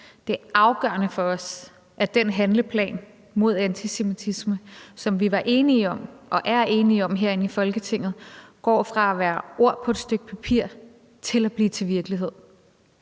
Det er afgørende for os, at den handleplan mod antisemitisme, som vi var enige om og er enige om herinde i Folketinget, går fra at være ord på et stykke papir til at blive til virkelighed.